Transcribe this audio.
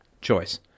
choice